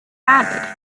added